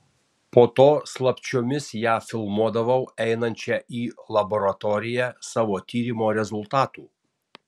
po to slapčiomis ją filmuodavau einančią į laboratoriją savo tyrimo rezultatų